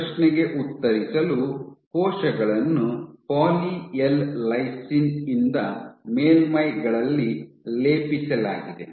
ಈ ಪ್ರಶ್ನೆಗೆ ಉತ್ತರಿಸಲು ಕೋಶಗಳನ್ನು ಪಾಲಿ ಎಲ್ ಲೈಸಿನ್ ಇಂದ ಮೇಲ್ಮೈಗಳಲ್ಲಿ ಲೇಪಿಸಲಾಗಿದೆ